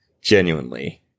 Genuinely